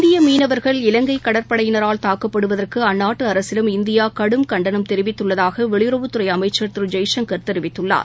இந்தியமீனவர்கள் இலங்கைகடற்படையினரால் தாக்கப்படுவதற்கு அந்நாட்டுஅரசிடம் இந்தியாகடும் கண்டனம் தெரிவித்துள்ளதாகவெளியுறவுத்துறைஅமைச்சர் திருஜெய்சங்கர் தெரிவித்துள்ளார்